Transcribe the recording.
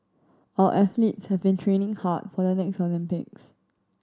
our athletes have been training hard for the next Olympics